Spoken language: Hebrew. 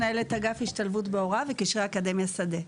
מנהלת אגף השתלבות בהוראה וקשרי אקדמיה שדה.